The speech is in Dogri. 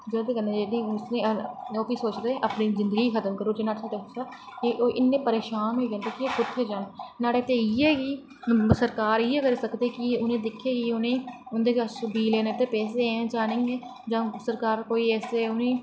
जेह्दी बजैाह् कन्नै ओह् केह् करदे कि अपनी जिंदगी गै खत्म करी ओड़न ते इन्ने परेशान होई जंदे कि ओह् कुत्थें जान नहाड़े तै इयै कि सरकार इयै करी सकदी कि उनेंगी दिक्खै कि उंदे कश बीऽलैने तै पैसे हैन जां नेईं हैन जां सरकार कोई ऐसे उनेंगी